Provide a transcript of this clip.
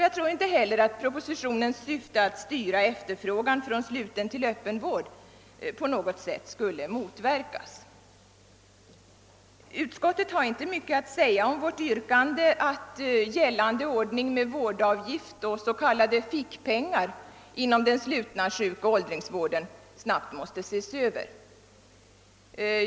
Jag tror inte heller att propositionens syfte att styra efterfrågan från sluten till öppen vård på något sätt skulle motverkas av ett genomförande av principen om avgiftsfri vård. Utskottet har inte mycket att säga om vårt yrkande att gällande ordning med vårdavgift och s.k. fickpengar inom den slutna sjukoch åldringsvår den snabbt måste ses över.